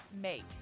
make